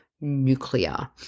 nuclear